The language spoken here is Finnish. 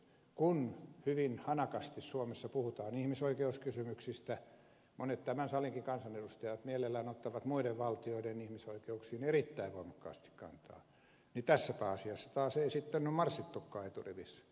kun hyvin hanakasti suomessa puhutaan ihmisoikeuskysymyksistä monet tämän salinkin kansanedustajat mielellään ottavat muiden valtioiden ihmisoikeuksiin erittäin voimakkaasti kantaa niin tässäpä asiassa ei sitten taas ole marssittukaan eturivissä